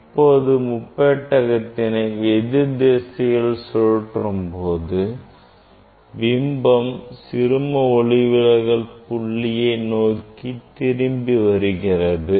இப்போது முப்பெட்டகத்தின் எதிர்திசையில் சுழற்றும் போது பிம்பம் சிறும ஒளிவிலகல் புள்ளியை நோக்கி திரும்பி வருகிறது